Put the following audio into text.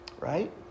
right